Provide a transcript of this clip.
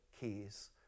keys